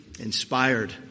inspired